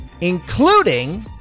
including